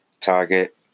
target